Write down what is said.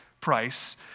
price